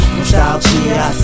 Nostalgia